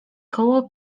koło